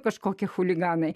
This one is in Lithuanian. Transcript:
kažkokie chuliganai